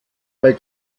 bei